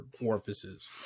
orifices